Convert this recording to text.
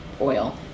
oil